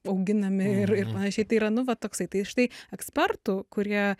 auginami ir ir panašiai tai yra nu va toksai tai štai ekspertų kurie